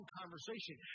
conversation